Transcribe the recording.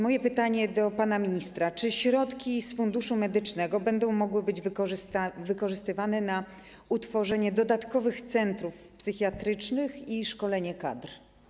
Moje pytanie do pana ministra: Czy środki z Funduszu Medycznego będą mogły być wykorzystywane na utworzenie dodatkowych centrów psychiatrycznych i szkolenie kadr?